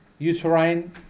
Uterine